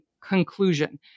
conclusion